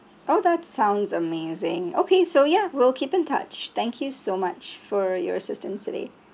oh that sounds amazing okay so ya we'll keep in touch thank you so much for your assistance today